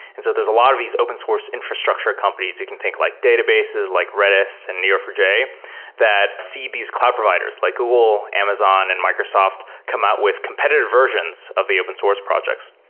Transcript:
and so there's a lot of these open source infrastructure companies. we can think like databases like redis and n e o four j that see these cloud providers, like google, google, amazon and microsoft come out with competitive versions of the open source projects.